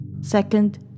Second